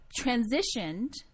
transitioned